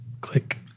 Click